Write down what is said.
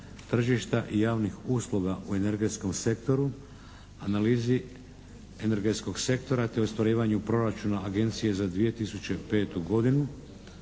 tržišta i javnih usluga u energetskom sektoru, analizi energetskog sektora, te ostvarenju proračuna Agencije za 2005. godinu.